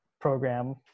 program